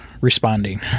responding